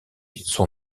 son